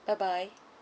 bye bye